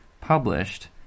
published